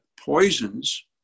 poisons